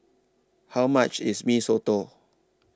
How much IS Mee Soto